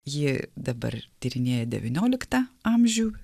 ji dabar tyrinėja devynioliktą amžių